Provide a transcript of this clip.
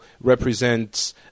represents